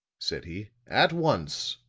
said he. at once.